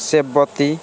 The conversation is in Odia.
ସେବତୀ